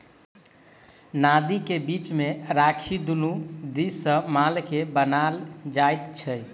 नादि के बीच मे राखि दुनू दिस सॅ माल के बान्हल जाइत छै